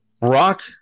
Rock